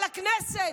על הכנסת,